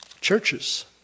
churches